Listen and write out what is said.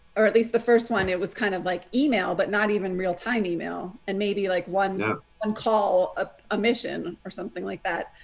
or at least the first one, it was kind of like email, but not even real time email. and maybe like one and call ah a mission or something like that.